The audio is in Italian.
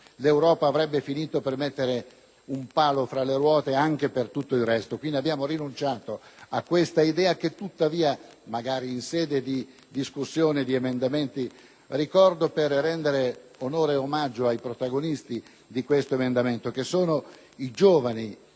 l'Europa avrebbe finito per mettere un palo fra le ruote anche a tutto il resto. Quindi, abbiamo rinunciato a questa idea che tuttavia, magari in sede di discussione di emendamenti, ricorderò per rendere onore e omaggio ai protagonisti di tale emendamento, che sono i giovani